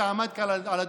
שעמד כאן על הדוכן,